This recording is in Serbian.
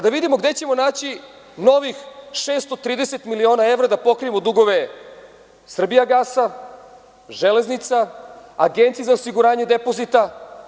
Da vidimo gde ćemo naći novih 630 miliona evra da pokrijemo dugove „Srbijagasa“, „Železnica“, Agencije za osiguranje depozita?